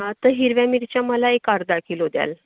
तर हिरव्या मिरच्या मला एक अर्धा किलो द्याल